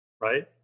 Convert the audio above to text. Right